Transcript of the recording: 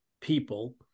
people